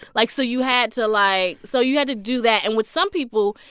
like, so you had to, like so you had to do that. and with some people,